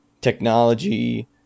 technology